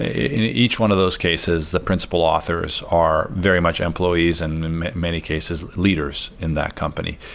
ah in each one of those cases, the principal authors are very much employees, and in many cases leaders in that company.